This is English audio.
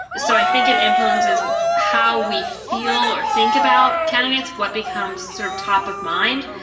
so i think it influences how we feel or think about candidates, what becomes sort of top of mind,